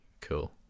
cool